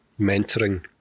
mentoring